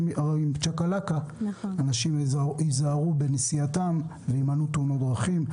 אנשים ייזהרו בנסיעתם ויימנעו תאונות דרכים.